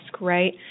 right